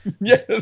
Yes